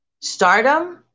stardom